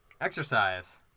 Exercise